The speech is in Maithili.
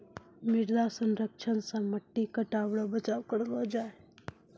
मृदा संरक्षण से मट्टी कटाव रो बचाव करलो जाय